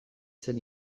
zen